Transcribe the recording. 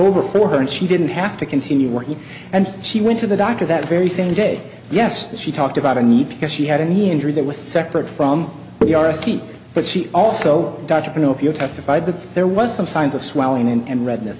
over for her and she didn't have to continue working and she went to the doctor that very same day yes she talked about a need because she had a knee injury that was separate from the aristide but she also dr pinocchio testified that there was some signs of swelling and redness